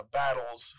battles